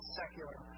secular